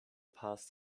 past